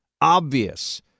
obvious